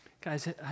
Guys